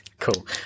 Cool